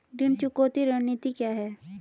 ऋण चुकौती रणनीति क्या है?